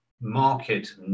market